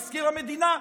מזכיר המדינה,